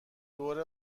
دور